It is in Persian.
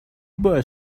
باعث